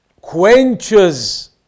quenches